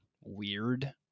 weird